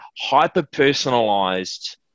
hyper-personalized